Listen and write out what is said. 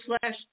slash